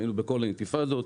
היינו בכל האינתיפאדות.